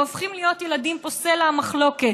וילדים הופכים להיות פה סלע המחלוקת.